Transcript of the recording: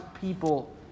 people